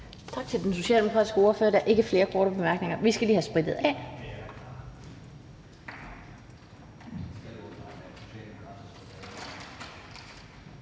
Tak til den socialdemokratiske ordfører. Der er ikke flere korte bemærkninger. Vi skal lige have sprittet af,